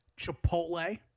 Chipotle